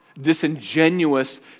disingenuous